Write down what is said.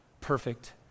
perfect